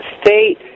State